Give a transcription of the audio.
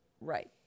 Right